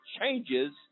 changes